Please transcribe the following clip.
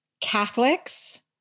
Catholics